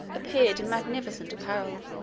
appeared in magnificent apparel.